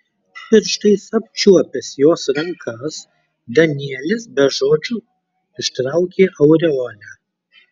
pirštais apčiuopęs jos rankas danielis be žodžių ištraukė aureolę